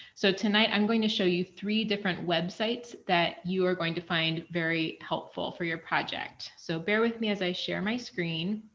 so tonight, i'm going to show you three different websites that you are going to find very helpful for your project, so bear with me as i share my screen.